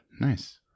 Nice